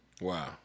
Wow